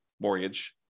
mortgage